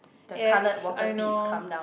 yes I know